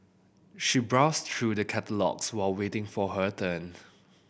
she browsed through the catalogues while waiting for her turn